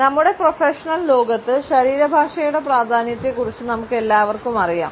നമ്മുടെ പ്രൊഫഷണൽ ലോകത്ത് ശരീരഭാഷയുടെ പ്രാധാന്യത്തെക്കുറിച്ച് നമുക്കെല്ലാവർക്കും അറിയാം